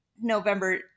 November